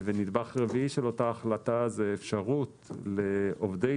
ונדבך רביעי של אותה החלטה זו אפשרות לעובדי